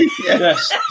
Yes